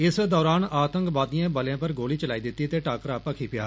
इस दौरान आतंकवादिएं बलें पर गोली चलाई दिती ते टाकरा भक्खी पेआ